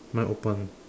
mine open